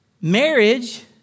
Marriage